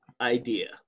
idea